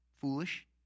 foolish